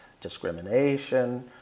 discrimination